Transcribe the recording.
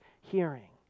hearing